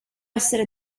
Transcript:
essere